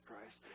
Christ